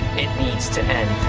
it needs to end.